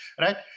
right